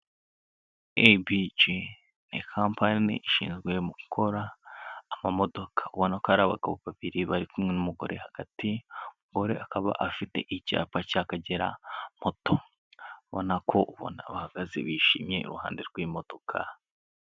ABG ni kampani ishinzwe gukora amamodoka, ubona ko hari abagabo babiri bari kumwe n'umugore hagati, umugore akaba afite icyapa cy'Akagera moto, ubona ko ubona bahagaze bishimye iruhande rw'imodoka.